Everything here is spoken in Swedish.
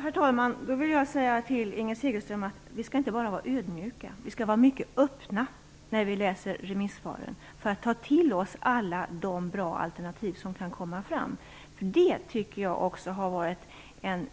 Herr talman! Då vill jag säga till Inger Segelström att vi inte bara skall vara ödmjuka. Vi skall vara mycket öppna när vi läser remissvaren för att vi skall kunna ta till oss alla de bra alternativ som kan komma fram. Jag tycker att det har varit en